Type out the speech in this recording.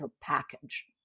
package